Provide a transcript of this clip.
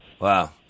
Wow